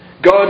God